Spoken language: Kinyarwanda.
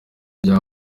vya